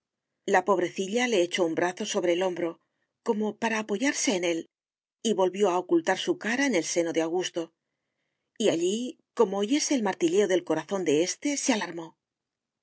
la pobrecilla le echó un brazo sobre el hombro como para apoyarse en él y volvió a ocultar su cara en el seno de augusto y allí como oyese el martilleo del corazón de éste se alarmó